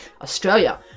Australia